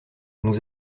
nous